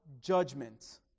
Judgment